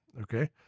Okay